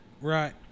right